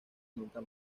nunca